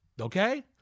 Okay